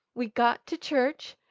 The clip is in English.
we got to church,